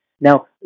Now